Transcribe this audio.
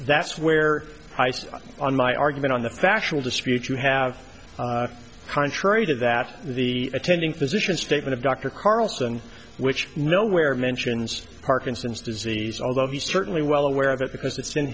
that's where i sit on my argument on the factual dispute you have contrary to that the attending physician statement of dr carlson which mill where mentions parkinson's disease although he's certainly well aware of it because it's in